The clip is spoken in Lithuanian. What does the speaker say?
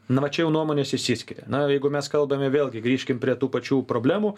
na va čia jau nuomonės išsiskiria na jeigu mes kalbame vėlgi grįžkim prie tų pačių problemų